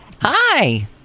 Hi